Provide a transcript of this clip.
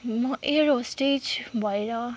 म air hostess भएर